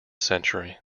century